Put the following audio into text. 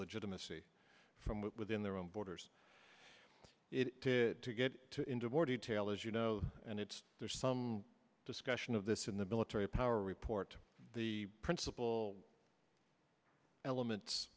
legitimacy from within their own borders to get into war detail as you know and it's there's some discussion of this in the military power report to the principal elements